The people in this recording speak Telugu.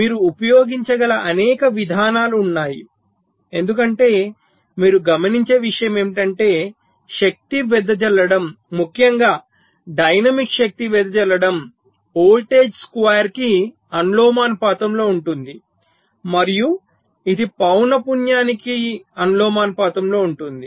మీరు ఉపయోగించగల అనేక విధానాలు ఉన్నాయి ఎందుకంటే మీరు గమనించే విషయం ఏమిటంటే శక్తి వెదజల్లడం ముఖ్యంగా డైనమిక్ శక్తి వెదజల్లడం వోల్టేజ్ స్క్వేర్ కి అనులోమానుపాతంలో ఉంటుంది మరియు ఇది పౌనపున్యానికి అనులోమానుపాతంలో ఉంటుంది